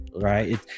right